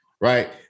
right